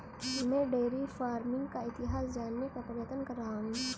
मैं dairy farming का इतिहास जानने का प्रयत्न कर रहा हूं